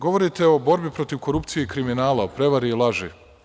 Govorite o borbi protiv korupcije i kriminala, o prevari i laži.